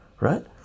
right